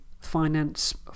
finance